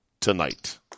tonight